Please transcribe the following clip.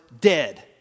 dead